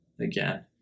again